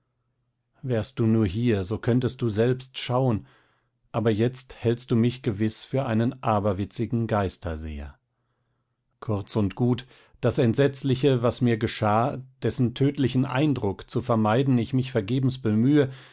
wärst du nur hier so könntest du selbst schauen aber jetzt hältst du mich gewiß für einen aberwitzigen geisterseher kurz und gut das entsetzliche was mir geschah dessen tödlichen eindruck zu vermeiden ich mich vergebens bemühe